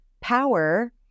Power